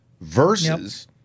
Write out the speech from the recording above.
versus